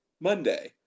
Monday